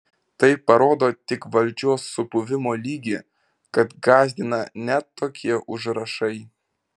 tai parodo tik valdžios supuvimo lygį kad gąsdina net tokie užrašai